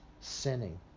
sinning